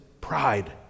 pride